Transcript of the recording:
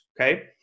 okay